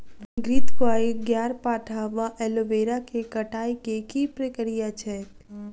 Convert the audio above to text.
घृतक्वाइर, ग्यारपाठा वा एलोवेरा केँ कटाई केँ की प्रक्रिया छैक?